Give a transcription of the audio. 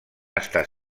estar